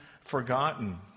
forgotten